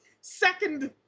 second